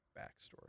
backstory